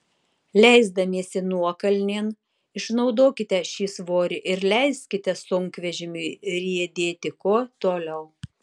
leisdamiesi nuokalnėn išnaudokite šį svorį ir leiskite sunkvežimiui riedėti kuo toliau